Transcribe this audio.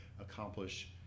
accomplish